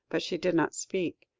but she did not speak.